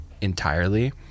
entirely